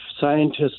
scientists